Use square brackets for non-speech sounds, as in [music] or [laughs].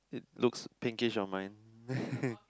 looks pinkish on mine [laughs]